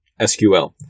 SQL